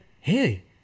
hey